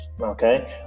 okay